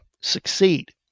succeed